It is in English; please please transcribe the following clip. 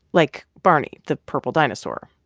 like barney, the purple dinosaur.